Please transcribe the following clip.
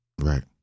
Right